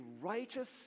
righteous